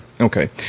okay